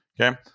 Okay